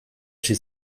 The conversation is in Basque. hasi